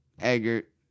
Eggert